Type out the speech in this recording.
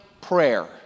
prayer